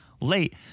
late